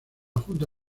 junta